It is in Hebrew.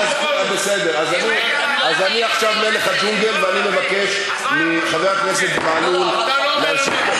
אז אני עכשיו מלך הג'ונגל ואני מבקש מחבר הכנסת בהלול להמשיך.